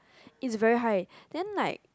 it's very high then like